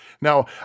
Now